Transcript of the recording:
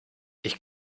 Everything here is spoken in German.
ich